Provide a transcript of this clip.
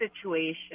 situation